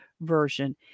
version